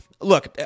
look